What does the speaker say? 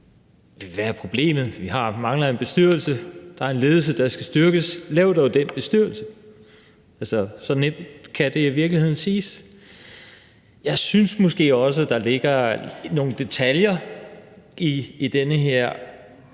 Hvad er problemet? Vi mangler en bestyrelse; der er en ledelse, der skal styrkes; lav dog den bestyrelse. Så nemt kan det i virkeligheden siges. Jeg synes måske også, at der ligger nogle detaljer i den her